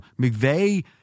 McVeigh